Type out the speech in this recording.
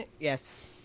Yes